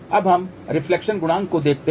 अब हम रिफ्लेक्शन गुणांक को देखते हैं